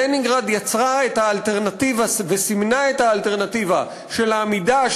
לנינגרד יצרה את האלטרנטיבה וסימנה את האלטרנטיבה של העמידה,